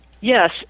Yes